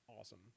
awesome